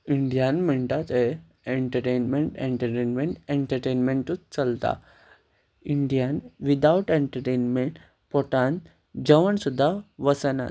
इंडियान म्हणटा तें एंटरटेनमेंट एंटरटेनमेंट एंटरटेनमेंटूच चलता इंडियान विदाउट एंटरटेनमेंट पोटांत जेवण सुद्दां वचनात